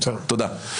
תודה.